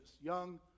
young